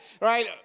right